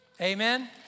Amen